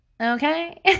okay